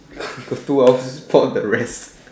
we got two hours for the rest